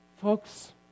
Folks